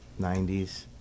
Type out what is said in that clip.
90s